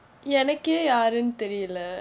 எனக்கே யாருன்னு தெரியில்லே:enakke yaarunnu theriyillae